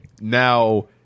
now